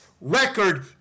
record